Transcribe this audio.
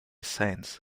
saints